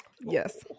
yes